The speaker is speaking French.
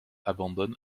abandonne